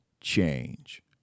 change